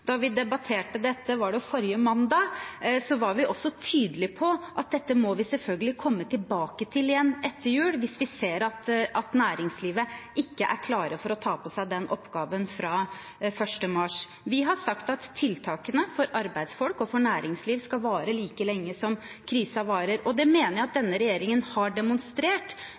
Da vi debatterte dette forrige mandag, var vi også tydelig på at dette må vi selvfølgelig komme tilbake til igjen etter jul hvis vi ser at næringslivet ikke er klar for å ta på seg den oppgaven fra 1. mars. Vi har sagt at tiltakene for arbeidsfolk og for næringsliv skal vare like lenge som krisen varer. Det mener jeg at denne regjeringen har demonstrert.